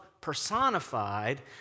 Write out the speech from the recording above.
personified